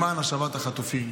למען השבת החטופים.